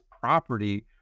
property